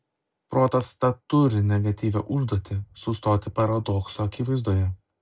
protas tad turi negatyvią užduotį sustoti paradokso akivaizdoje